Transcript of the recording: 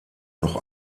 noch